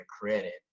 credit